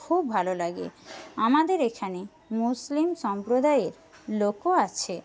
খুব ভালো লাগে আমাদের এখানে মুসলিম সম্প্রদায়ের লোকও আছে